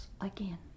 again